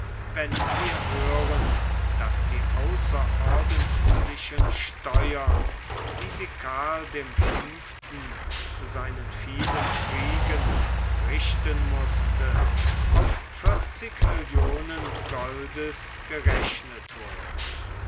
wenn wir hören daß die außerordentlichen steuern die sie karl dem fünften zu seinen vielen kriegen entrichten mußte auf vierzig millionen goldes gerechnet werden